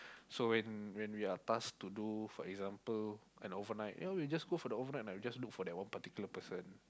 so when when we are taked to do for example am overnight we just do that overnight we just look for that one person